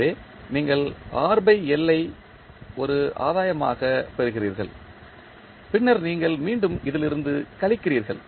எனவே நீங்கள் ஒரு ஆதாயமாகப் பெறுகிறீர்கள் பின்னர் நீங்கள் மீண்டும் இதிலிருந்து கழிக்கிறீர்கள்